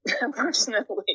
unfortunately